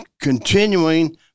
continuing